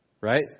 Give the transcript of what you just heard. right